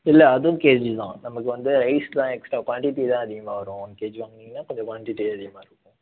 இல்லை அதுவும் கேஜி தான் நமக்கு வந்து ஐஸ்லாம் எக்ஸ்ட்ரா க்வாண்டிட்டி தான் அதிகமாக வரும் ஒன் கேஜி வாங்குனீங்கன்னா கொஞ்சம் க்வாண்டிட்டி அதிகமாக இருக்கும்